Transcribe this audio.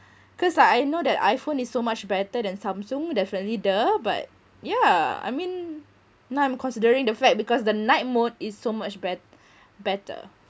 cause like I know that iphone is so much better than samsung definitely the but yeah I mean now I'm considering the fact because the night mode is so much bett~ better